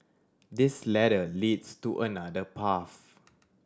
this ladder leads to another path